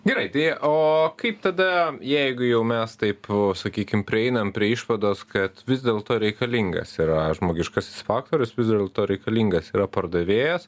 gerai tai o kaip tada jeigu jau mes taip sakykim prieinam prie išvados kad vis dėlto reikalingas yra žmogiškasis faktorius vis dėlto reikalingas yra pardavėjas